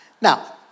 Now